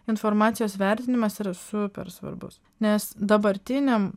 informacijos vertinimas yra super svarbus nes dabartiniam